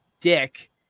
dick